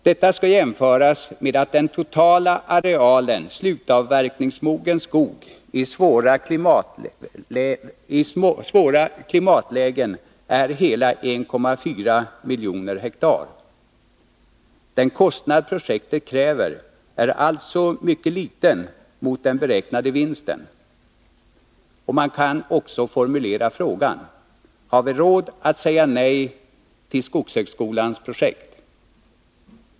Detta skall jämföras med att den totala arealen slutavverkningsmogen skog i svåra klimatlägen är 1,4 miljoner ha. Den kostnad projektet kräver är alltså mycket liten mot den beräknade vinsten. Man kan också formulera frågan så: Har vi råd att säga nej till skogshögskolans projekt?